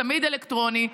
צמיד אלקטרוני,